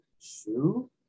Shoe